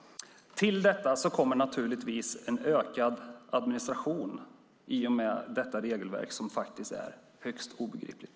Till detta kommer naturligtvis en ökad administration i och med detta regelverk, som är högst obegripligt.